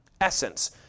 essence